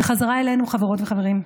וחזרה אלינו, חברות וחברים,